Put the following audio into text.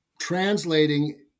translating